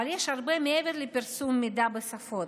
אבל יש הרבה מעבר לפרסום מידע בשפות.